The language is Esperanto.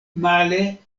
male